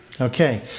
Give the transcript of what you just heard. Okay